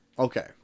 Okay